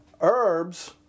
Herbs